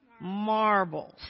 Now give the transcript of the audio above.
marbles